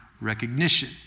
recognition